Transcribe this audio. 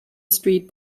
street